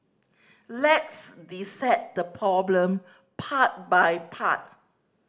let's dissect the problem part by part